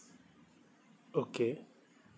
okay